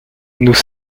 nous